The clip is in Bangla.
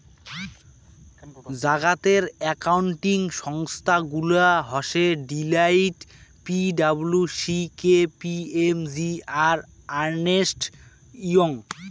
জাগাতের একাউন্টিং সংস্থা গুলা হসে Deloitte, P W C, K P M G, আর আর্নেস্ট ইয়ং